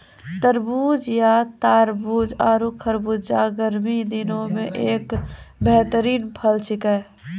तरबूज या तारबूज आरो खरबूजा गर्मी दिनों के एक बेहतरीन फल छेकै